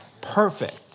perfect